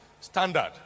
standard